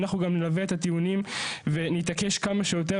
אנחנו גם נלווה את הטיעונים ונתעקש כמה שיותר.